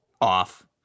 off